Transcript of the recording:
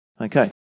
Okay